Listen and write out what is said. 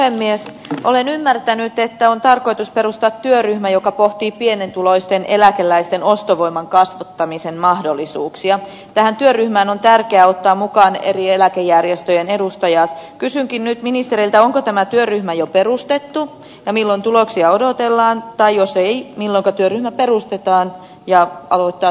äänimies olen ymmärtänyt että on tarkoitus perustaa työryhmä joka pohtii pienituloisten eläkeläisten ostovoiman kasvattamisen mahdollisuuksia tähän työryhmään on tärkeää ottaa mukaan eri eläkejärjestöjen edustajat kysynkin ministeriltä onko tämä työryhmä jo perustettu ja milloin tuloksia odotellaan tai jos ei haka työryhmä perustetaan ja palo ja